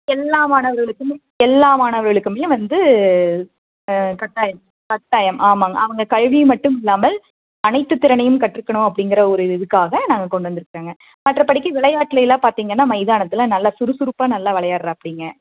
எல்லா மாணவர்களுக்குமே எல்லா மாணவர்களுக்குமே வந்து கட்டாயம் கட்டாயம் ஆமாங்க அவங்க கல்வி மட்டும் இல்லாமல் அனைத்து திறனையும் கற்றுக்கணும் அப்படிங்கிற ஒரு இதுக்காக நாங்கள் கொண்டு வந்திருக்கறங்க மற்றபடிக்கு விளையாட்டில் எல்லாம் பார்த்தீங்கன்னா மைதானத்தில் நல்ல சுறுசுறுப்பாக நல்லா விளையாட்றாப்பிடிங்க